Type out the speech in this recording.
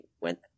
went